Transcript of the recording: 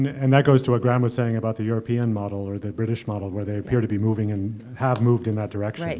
and that goes to what graeme was saying about the european model or the british model where they appear to be moving in, have moved in that direction. right.